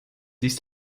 ist